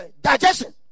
digestion